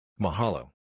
Mahalo